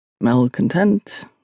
Malcontent